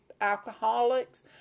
alcoholics